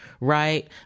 right